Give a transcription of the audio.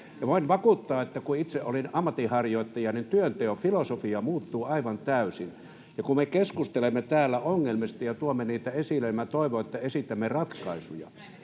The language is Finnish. voin vakuuttaa, että kun itse olin ammatinharjoittajana, niin työnteon filosofia muuttuu aivan täysin. [Annika Saarikko: Kyllä!] Ja kun me keskustelemme täällä ongelmista ja tuomme niitä esille, niin minä toivon, että esitämme ratkaisuja.